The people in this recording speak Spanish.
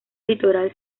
litoral